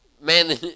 Man